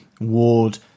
Ward